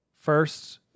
First